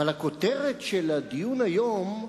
אבל הכותרת של הדיון היום,